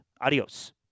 Adios